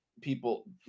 people –